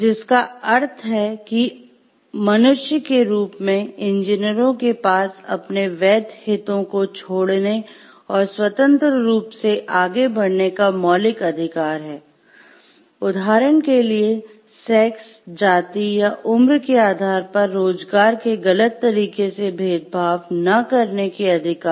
जिसका अर्थ है कि मनुष्य के रूप में इंजीनियरों के पास अपने वैध हितों को छोड़ने और स्वतंत्र रूप से आगे बढ़ने का मौलिक अधिकार है उदाहरण के लिए सेक्स जाति या उम्र के आधार पर रोजगार में गलत तरीके से भेदभाव न करने के अधिकार